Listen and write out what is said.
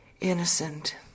innocent